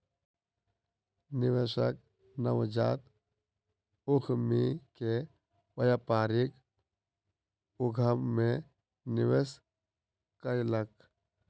निवेशक नवजात उद्यमी के व्यापारिक उद्यम मे निवेश कयलक